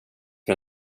för